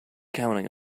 counting